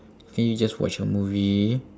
can you just watch a movie